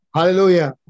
Hallelujah